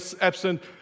absent